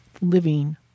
living